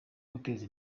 guteza